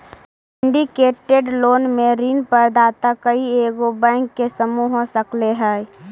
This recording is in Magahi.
सिंडीकेटेड लोन में ऋण प्रदाता कइएगो बैंक के समूह हो सकऽ हई